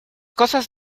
cosas